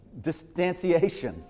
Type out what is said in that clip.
distanciation